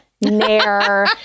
Nair